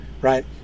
right